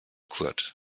kurt